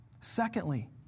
Secondly